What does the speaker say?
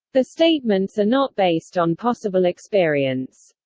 the statements are not based on possible experience.